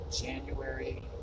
January